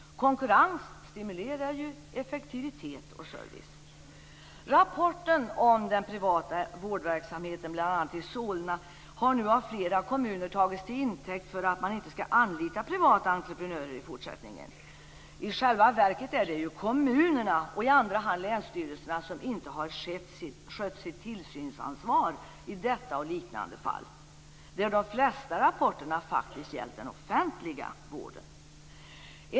Konkurrens stimulerar effektivitet och service. i Solna har nu av fler kommuner tagits till intäkt för att man inte skall anlita privata entreprenörer i fortsättningen. I själva verket är det kommunerna och i andra hand länsstyrelserna som inte har skött sitt tillsynsansvar i detta och liknande fall. De flesta rapporterna har faktiskt gällt den offentliga vården.